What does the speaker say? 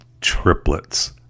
triplets